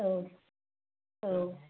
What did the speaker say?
औ औ